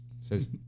says